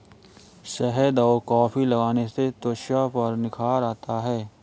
शहद और कॉफी लगाने से त्वचा पर निखार आता है